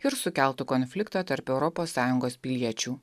ir sukeltų konfliktą tarp europos sąjungos piliečių